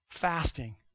fasting